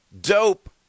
Dope